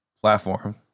platform